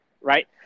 right